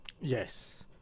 yes